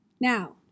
Now